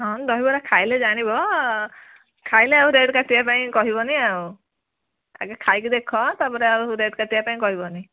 ହଁ ଦହିବରା ଖାଇଲେ ଜାଣିବ ଖାଇଲେ ଆଉ ରେଟ୍ କାଟିବା ପାଇଁ କହିବନି ଆଉ ଆଗେ ଖାଇକି ଦେଖ ତାପରେ ଆଉ ରେଟ୍ କାଟିବା ପାଇଁ କହିବନି